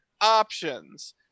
options